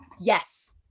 Yes